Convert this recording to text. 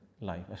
life